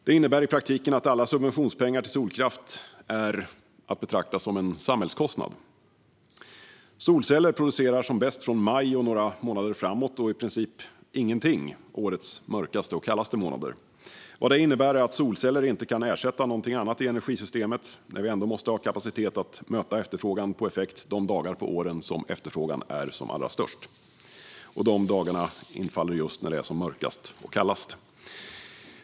Det innebär i praktiken att alla subventionspengar till solkraft är att betrakta som en samhällskostnad. Solceller producerar som bäst från maj och några månader framåt och i princip ingenting årets mörkaste och kallaste månader. Vad det innebär är att solceller inte kan ersätta någonting annat i energisystemet när vi ändå måste ha kapacitet att möta efterfrågan på effekt de dagar på året då efterfrågan är som allra störst. De dagarna infaller just när det är som mörkast och kallast.